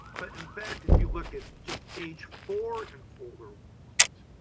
but in fact, if you look at just age four and over walleyes,